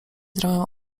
trochę